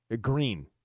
Green